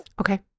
Okay